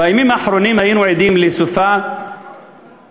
בימים האחרונים היינו עדים לסופה שאולי,